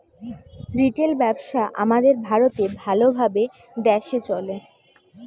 retail ব্যবসা আমাদের ভারতে ভাল ভাবে দ্যাশে চলে